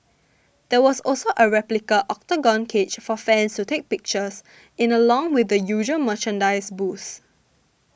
there was also a replica Octagon cage for fans to take pictures in along with the usual merchandise booths